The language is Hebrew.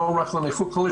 לא רק לנכות כללית,